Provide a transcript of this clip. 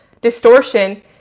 distortion